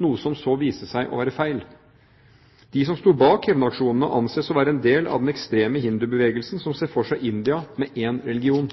noe som så viste seg å være feil. De som sto bak hevnaksjonene, anses å være en del av den ekstreme hindubevegelsen, som ser for seg India med én religion.